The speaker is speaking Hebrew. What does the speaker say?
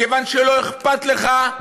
כיוון שלא אכפת לך,